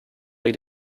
like